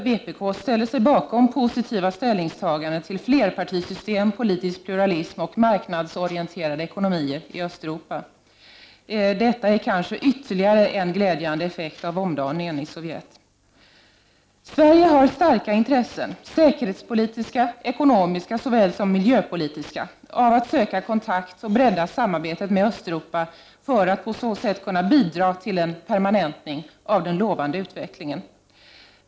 vpk, ställer sig bakom positiva ställningstaganden till flerpartisystem, politisk pluralism och marknadsorienterade ekonomier i Östeuropa. Det är kanske ytterligare en glädjande effekt av omdaningen i Sovjet. Sverige har starka intressen — säkerhetspolitiska, ekonomiska och miljöpolitiska — av att söka kontakt och bredda samarbetet med Östeuropa, för att på så sätt kunna bidra till en permanentning av den lovande utvecklingen.